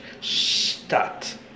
start